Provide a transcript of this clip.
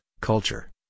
culture